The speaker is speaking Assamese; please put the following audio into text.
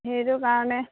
সেইটো কাৰণে